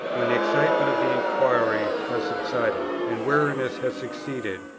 when the excitement of the inquiry has subsided, and weariness has succeeded,